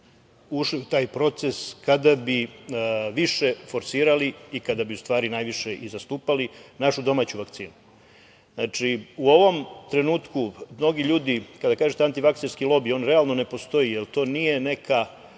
ušli u taj proces, kada bi više forsirali i kada bi u stvari najviše i zastupali našu domaću vakcinu. Znači, u ovom trenutku mnogi ljudi, kada kažete antivakserski lobi, on realno ne postoji, jer to nije neka